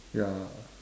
ya